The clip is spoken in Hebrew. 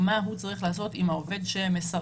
מה הוא צריך לעשות עם העובד שמסרב.